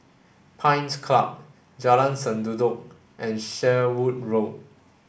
Pines Club Jalan Sendudok and Sherwood Road